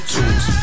Tools